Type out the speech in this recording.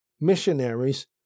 missionaries